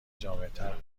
جامعتر